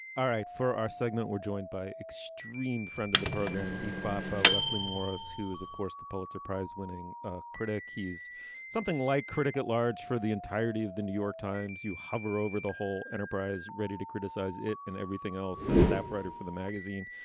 all right for our segment we're joined by extreme friend of the program you fop ah wesley morris who is of course the pulitzer prize winning ah critic. he's something like critic at large for the entirety of the new york times you hover over the whole enterprise ready to criticize it and everything else a staff writer for the magazine.